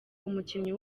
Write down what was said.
umukinnyi